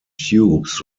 tubes